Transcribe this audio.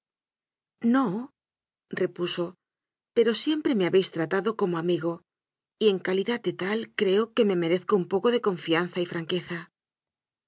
mis propósitos norepuso pero siempre me habéis trata do como amigo y en calidad de tal creo que me rezco un poco de confianza y franqueza